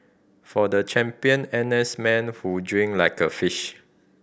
for the champion N S man who drink like a fish